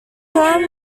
term